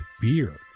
beer